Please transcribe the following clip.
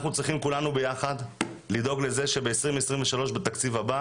אנחנו צריכים לדאוג יחד לזה שב-2023 בתקציב הבא